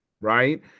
Right